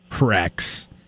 Rex